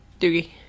Doogie